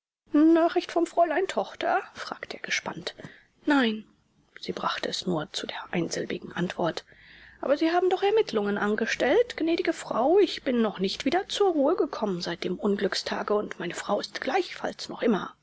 nachricht vom fräulein tochter fragte er gespannt nein sie brachte es nur zu der einsilbigen antwort aber sie haben doch ermittlungen angestellt gnädige frau ich bin noch nicht wieder zur ruhe gekommen seit dem unglückstage und meine frau ist gleichfalls noch immer